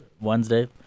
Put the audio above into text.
wednesday